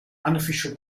unofficial